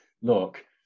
look